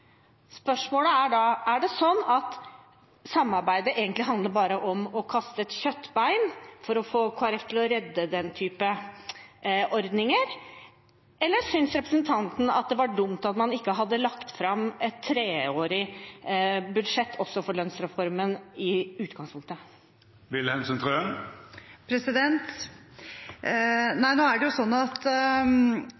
Spørsmålet er da: Er det sånn at samarbeidet egentlig bare handler om å kaste ut et kjøttbein for å få Kristelig Folkeparti til å redde den typen ordninger, eller synes representanten det var dumt at man ikke hadde lagt fram et treårig budsjett i utgangspunktet, også for lønnsreformen?